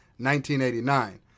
1989